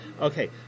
Okay